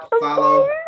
follow